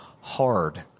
hard